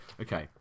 Okay